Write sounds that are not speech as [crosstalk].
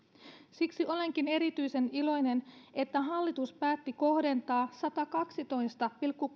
siksi olenkin erityisen iloinen että hallitus päätti kohdentaa satakaksitoista pilkku [unintelligible]